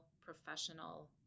professional